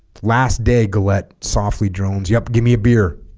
last day gillette softly drones yup give me a beer